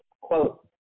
Quote